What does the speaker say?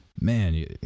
man